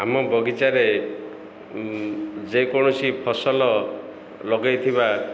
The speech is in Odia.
ଆମ ବଗିଚାରେ ଯେକୌଣସି ଫସଲ ଲଗେଇଥିବା